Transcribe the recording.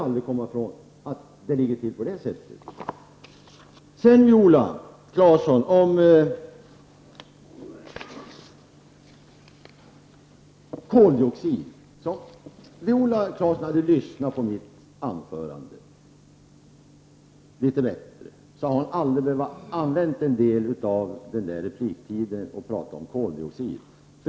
Att det ligger till på det sättet kan vi aldrig komma ifrån. Om Viola Claesson hade lyssnat på mitt anförande litet bättre, hade hon aldrig behövt använda en del av sin repliktid till att prata om koldioxid.